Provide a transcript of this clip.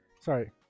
sorry